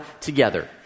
together